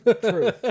True